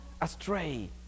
astray